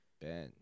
Ben